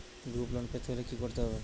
Group loan পেতে হলে কি করতে হবে?